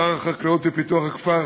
שר החקלאות ופיתוח הכפר,